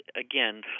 Again